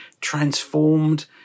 transformed